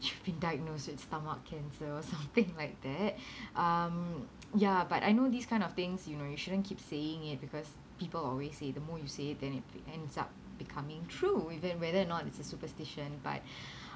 you've been diagnosed with stomach cancer or something like that um ya but I know these kind of things you know you shouldn't keep saying it because people always say the more you say it then it ends up becoming true within whether or not it's a superstition but